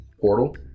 Portal